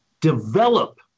develop